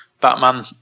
Batman